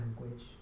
language